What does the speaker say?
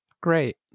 Great